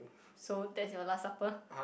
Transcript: so that's your last supper